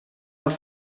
els